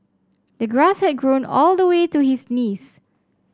the grass had grown all the way to his knees